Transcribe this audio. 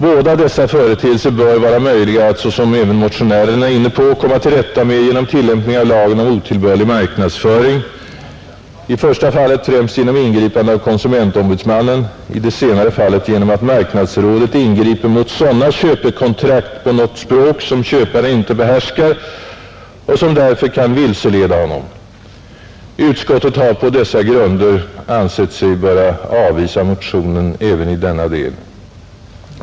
Båda dessa företeelser bör vara möjliga att — såsom även motionärerna är inne på — komma till rätta med genom tillämpning av lagen om otillbörlig marknadsföring, i första fallet främst genom ingripande av konsumentombudsmannen, i det senare fallet genom att marknadsrådet ingriper mot sådana köpekontrakt på något språk som köparen inte behärskar och som därför kan vilseleda honom, Utskottet har på dessa grunder ansett sig böra avvisa motionen även i denna del.